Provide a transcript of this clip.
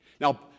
Now